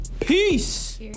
Peace